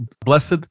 blessed